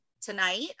tonight